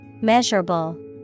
Measurable